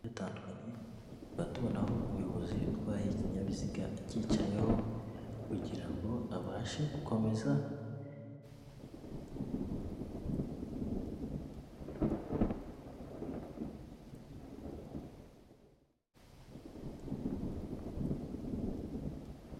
Batandukanye, tukaba tubonaho umuyobozi utwaye ikinyabiziga akicayeho, kugirango abashe gukomeza.